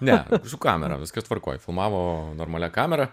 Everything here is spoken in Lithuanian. ne su kamera viskas tvarkoj filmavo normalia kamera